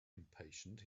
impatient